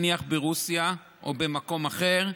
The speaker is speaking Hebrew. נניח ברוסיה או במקום אחר,